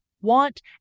want